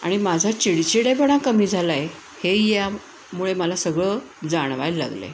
आणि माझा चिडचिडेपणा कमी झाला आहे हे यामुळे मला सगळं जाणवायला लागलं आहे